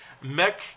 mech